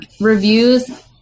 reviews